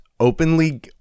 Openly